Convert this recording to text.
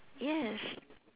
yes